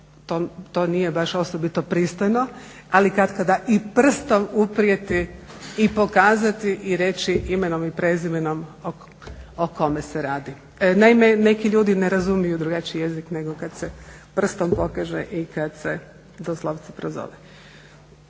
to nije baš osobito pristojno ali katkada i prstom uprijeti i pokazati i reći imenom i prezimenom o kome se radi. Naime, neki ljudi ne razumiju drugačiji jezik nego kad se prstom pokaže i kad se doslovce prozove.